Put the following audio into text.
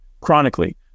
chronically